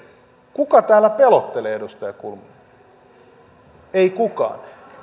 kuka täällä pelottelee edustaja kulmuni ei kukaan